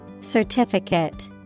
Certificate